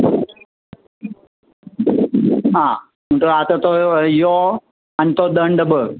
हां म्हणट आतां थंय यो आनी तो दंड भर